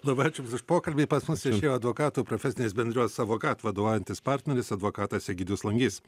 labai ačiū jums už pokalbį pas mus viešėjo advokatų profesinės bendrijos avokat vadovaujantis partneris advokatas egidijus langys